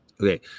Okay